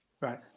right